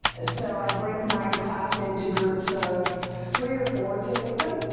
ah so i break my class into groups of three or four typically.